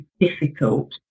difficult